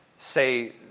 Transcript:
say